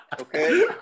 Okay